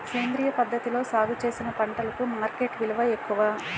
సేంద్రియ పద్ధతిలో సాగు చేసిన పంటలకు మార్కెట్ విలువ ఎక్కువ